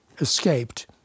escaped